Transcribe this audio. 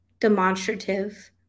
demonstrative